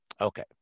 Okay